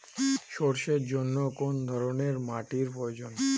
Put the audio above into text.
সরষের জন্য কোন ধরনের মাটির প্রয়োজন?